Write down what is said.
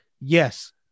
yes